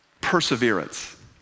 perseverance